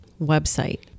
website